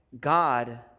God